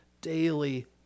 daily